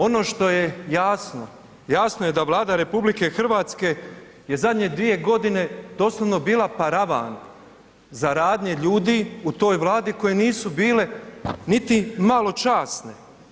Ono što je jasno, jasno je da Vlada RH je zadnje 2.g. doslovno bila paravan za radnje ljudi u toj Vladi koje nisu bile niti malo časne.